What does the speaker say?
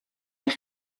eich